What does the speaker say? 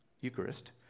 Eucharist